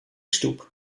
stoep